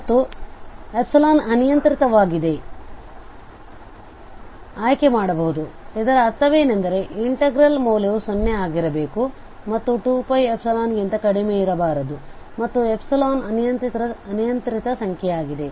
ಮತ್ತು ಅನಿಯಂತ್ರಿತವಾಗಿದೆ ಆಯ್ಕೆ ಮಾಡಬಹುದು ಇದರ ಅರ್ಥವೇನೆಂದರೆ ಇನ್ಟೆಗ್ರಲ್ಮೌಲ್ಯವು 0 ಆಗಿರಬೇಕು ಮತ್ತು 2πϵ ಗಿಂತ ಕಡಿಮೆಯಿರಬಾರದು ಮತ್ತು ಅನಿಯಂತ್ರಿತ ಸಂಖ್ಯೆಯಾಗಿದೆ